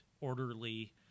orderly